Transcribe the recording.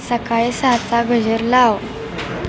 सकाळी सहाचा गजर लाव